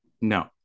No